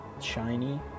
shiny